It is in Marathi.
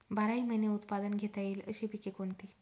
बाराही महिने उत्पादन घेता येईल अशी पिके कोणती?